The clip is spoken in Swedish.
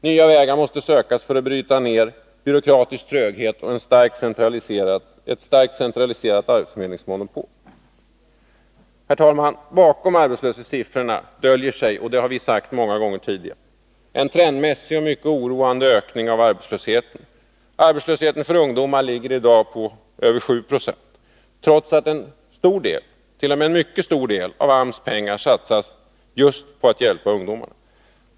Nya vägar måste sökas för att bryta ned byråkratisk tröghet och ett starkt centraliserat arbetsförmedlingsmonopol. Bakom arbetslöshetssiffrorna, herr talman, döljer sig — och det har vi sagt många gånger tidigare — en trendmässig och mycket oroande ökning av arbetslösheten. Arbetslösheten för ungdomarna är i dag över 7 Jo, trots att en mycket stor del av AMS pengar satsas just på ungdomen.